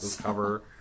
cover